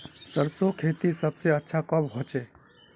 सरसों खेती सबसे अच्छा कब होचे?